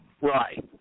Right